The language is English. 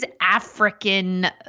African